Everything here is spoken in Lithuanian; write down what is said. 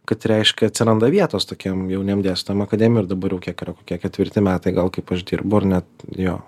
kad reiškia atsiranda vietos tokiem jauniem dėstytojam akademijoj ir dabar jau kiek yra kokie ketvirti metai gal kaip aš dirbu ar net jo